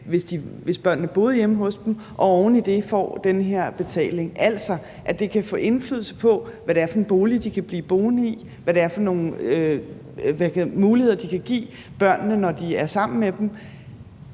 hvis børnene boede hjemme hos dem, og oven i det får den her betaling? Altså at det kan få indflydelse på, hvad for en bolig de kan blive boende i, og hvad det er for nogle muligheder, de kan give børnene, når de er sammen med dem.